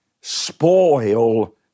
spoil